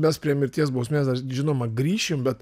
mes prie mirties bausmės dar žinoma grįšim bet